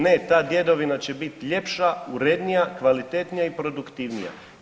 Ne, ta djedovina će bit ljepša, urednija, kvalitetnija i produktivnija.